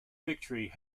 victory